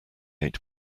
eight